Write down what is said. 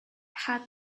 had